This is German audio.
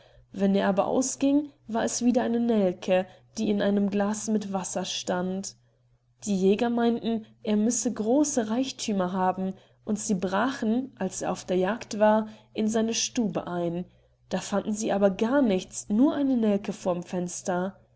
wenn er aber ausging war es wieder eine nelke die in einem glas mit wasser stand die jäger meinten er müsse große reichthümer haben und brachen als er auf der jagd war in seine stube ein da fanden sie aber gar nichts nur die nelke vorm fenster